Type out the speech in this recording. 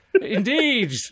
indeed